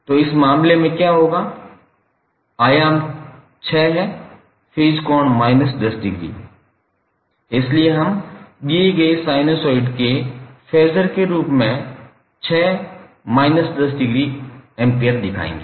तो इस मामले में क्या होगा आयाम 6 है फेज कोण minus 10 डिग्री है इसलिए हम दिए गए साइनसॉइड के फेसर के रूप में 6∠−10 एम्पीयर दर्शाएंगे